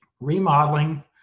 Remodeling